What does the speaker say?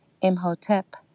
Imhotep